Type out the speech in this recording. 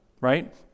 right